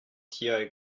tiaj